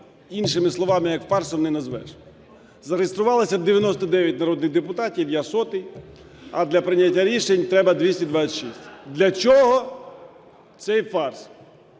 іншими словами як фарсом не назвеш. Зареєструвалося 99 народних депутатів. Я – сотий. А для прийняття рішень треба 226. Для чого цей фарс?